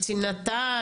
קצינת ת"ש?